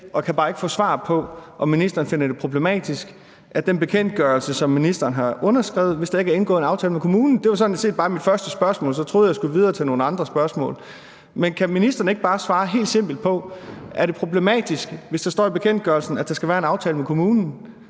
og kan bare ikke få svar på spørgsmålet, om ministeren finder det problematisk i forhold til den bekendtgørelse, som ministeren har underskrevet, hvis der ikke er indgået en aftale med kommunen. Det var sådan set bare mit første spørgsmål, og så troede jeg, at jeg skulle videre til nogle andre spørgsmål. Men kan ministeren ikke bare svare helt simpelt på: Er det problematisk, hvis der står i bekendtgørelsen, at der skal være en aftale med kommunen,